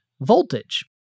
voltage